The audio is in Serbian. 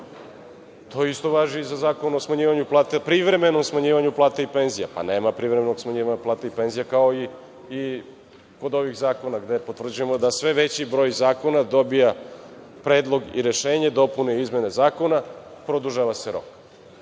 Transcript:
o smanjivanju plata, o privremenom smanjivanju plata i penzija. Nema privremenog smanjivanja plata i penzija, kao i kod ovih zakona gde potvrđujemo da sve veći broj zakona dobija predlog i rešenje dopunu i izmene zakona – produžava se rok. To